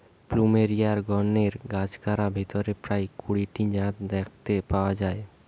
plumeria গণের গাছগার ভিতরে প্রায় কুড়ি টি জাত দেখতে পাওয়া যায়